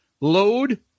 Load